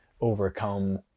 overcome